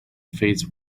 face